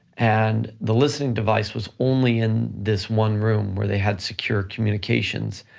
and the listening device was only in this one room where they had secure communications,